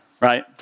right